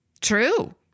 True